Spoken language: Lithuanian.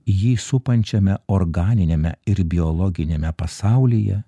jį supančiame organiniame ir biologiniame pasaulyje